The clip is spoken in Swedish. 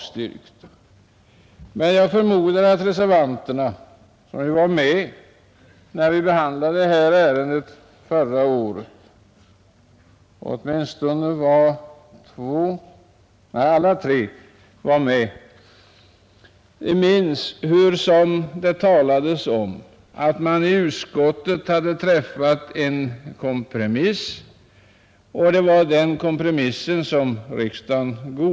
Samtliga tre reservanter var med när riksdagen behandlade detta ärende förra året, och jag förmodar att de minns hur det då talades om att man i utskottet enats om en kompromiss och att det var den kompromissen som riksdagen godtog.